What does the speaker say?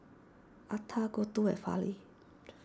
Atal Gouthu and Fali